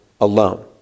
alone